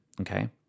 okay